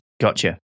Gotcha